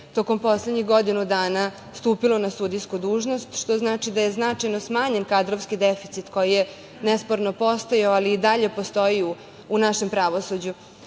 tokom poslednjih godinu dana stupilo na sudijsku dužnost, što znači da je značajno smanjen kadrovski deficit, koji je nesporno postojao, ali i dalje postoji u našem pravosuđu. Kada